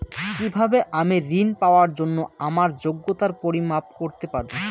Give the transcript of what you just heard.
কিভাবে আমি ঋন পাওয়ার জন্য আমার যোগ্যতার পরিমাপ করতে পারব?